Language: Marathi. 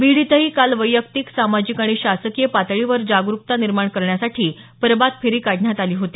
बीड इथंही काल वैयक्तिक सामाजिक आणि शासकीय पातळीवर जागरुकता निर्माण करण्यासाठी प्रभातफेरी काढण्यात आली होती